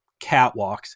catwalks